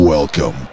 Welcome